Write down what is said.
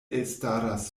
elstaras